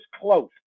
close